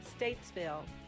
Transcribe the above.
Statesville